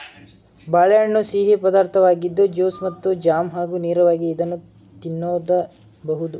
ಬಾಳೆಹಣ್ಣು ಸಿಹಿ ಪದಾರ್ಥವಾಗಿದ್ದು ಜ್ಯೂಸ್ ಮತ್ತು ಜಾಮ್ ಹಾಗೂ ನೇರವಾಗಿ ಇದನ್ನು ತಿನ್ನಬೋದು